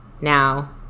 now